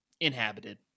inhabited